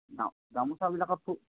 গামোচাবিলাকত ফুল